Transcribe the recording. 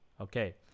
okay